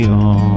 on